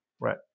Right